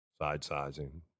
side-sizing